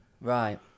Right